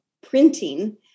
printing